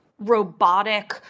robotic